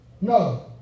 No